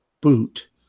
boot